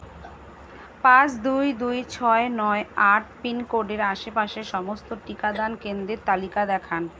পাঁচ দুই দুই ছয় নয় আট পিনকোডের আশেপাশের সমস্ত টিকাদান কেন্দ্রের তালিকা দেখান